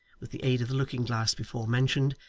with the aid of the looking-glass before mentioned,